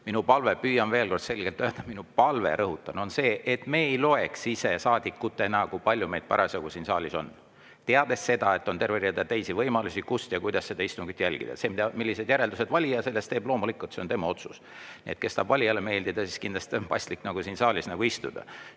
üle ise. Püüan veel kord selgelt öelda: minu palve, rõhutan, on see, et me ei loeks ise saadikutena, kui palju meid parasjagu siin saalis on, teades seda, et on terve rida teisi võimalusi, kus ja kuidas saab istungit jälgida. See, millised järeldused valija sellest teeb, on loomulikult tema otsus. Nii et neil, kes tahavad valijale meeldida, on kindlasti paslik siin saalis istuda.